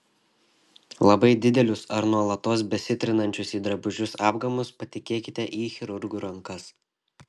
labai didelius ar nuolatos besitrinančius į drabužius apgamus patikėkite į chirurgų rankas